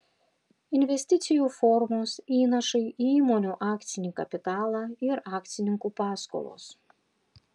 investicijų formos įnašai į įmonių akcinį kapitalą ir akcininkų paskolos